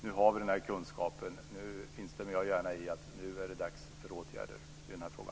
Nu har vi denna kunskap, och jag instämmer gärna i att det nu är dags för åtgärder i denna fråga.